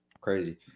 crazy